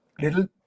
little